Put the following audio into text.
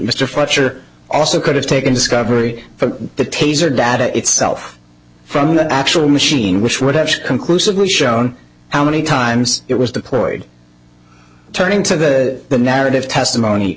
mr fletcher also could have taken discovery from the taser data itself from the actual machine which would have conclusively shown how many times it was deployed turning to the narrative testimony